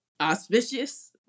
auspicious